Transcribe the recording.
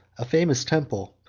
a famous temple,